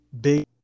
big